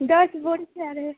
दस बोरी चाह रहे